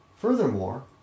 Furthermore